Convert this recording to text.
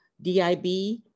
DIB